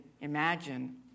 imagine